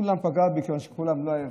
בכולם זה פגע מכיוון שלא היה הבדל.